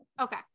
Okay